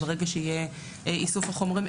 ברגע שיהיה איסוף החומרים,